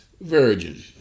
virgin